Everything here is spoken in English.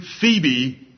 Phoebe